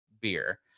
beer